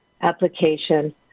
application